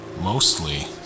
Mostly